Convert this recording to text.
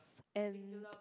and